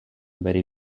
very